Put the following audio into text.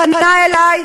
פנה אלי,